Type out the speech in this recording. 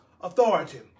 authority